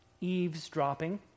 eavesdropping